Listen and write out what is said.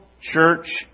Church